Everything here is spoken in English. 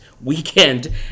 weekend